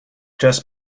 just